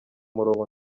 murongo